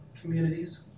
communities